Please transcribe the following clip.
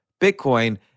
Bitcoin